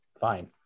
fine